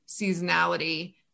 seasonality